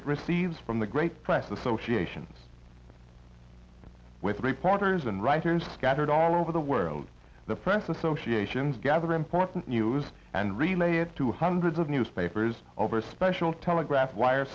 it receives from the great press association with reporters and writers scattered all over the world the friends associations gather important news and relay it to hundreds of newspapers over special telegraph wire